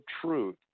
truth